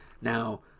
Now